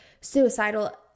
suicidal